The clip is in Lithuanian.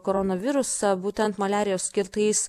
koronavirusą būtent maliarijos skirtais